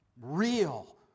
real